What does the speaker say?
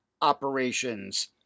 operations